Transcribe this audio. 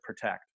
protect